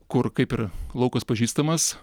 kur kaip ir laukas pažįstamas